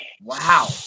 wow